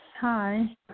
hi